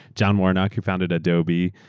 john warnock who founded adobe,